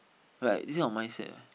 but this kind of mindset